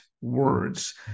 words